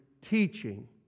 teaching